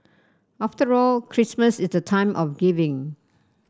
after all Christmas is the time of giving